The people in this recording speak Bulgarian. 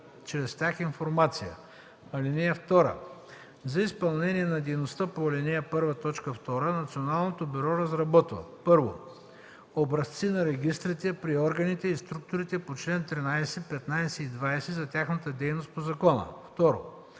чрез тях информация. (2) За изпълнение на дейността по ал. 1, т. 2 Националното бюро разработва: 1. образци на регистрите при органите и структурите по чл. 13, 15 и 20 за тяхната дейност по закона;